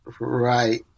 right